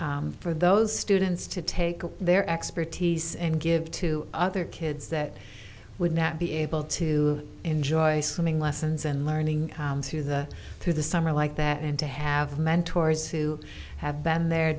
that for those students to take their expertise and give to other kids that would not be able to enjoy swimming lessons and learning comes through the through the summer like that and to have mentors who have been there